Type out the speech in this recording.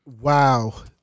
Wow